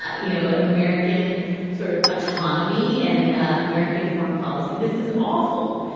ah you know, american sort of autonomy and american foreign policy. this is awful.